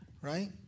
Right